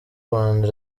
rwanda